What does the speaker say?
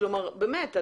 באמת.